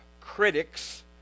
critics